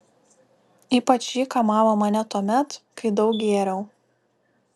ypač ji kamavo mane tuomet kai daug gėriau